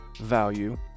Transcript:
value